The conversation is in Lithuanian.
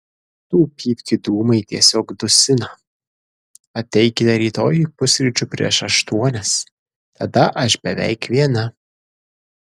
tų pypkių dūmai tiesiog dusina ateikite rytoj pusryčių prieš aštuonias tada aš beveik viena